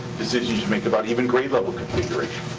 decisions you make about even grade level configuration.